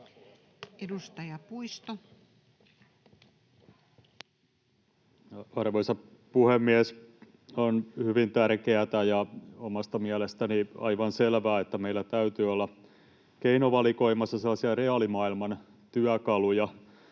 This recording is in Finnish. Edustaja Puisto. Arvoisa puhemies! On hyvin tärkeätä ja omasta mielestäni aivan selvää, että meillä täytyy olla keinovalikoimassa sellaisia reaalimaailman työkaluja,